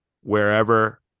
wherever